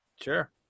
Sure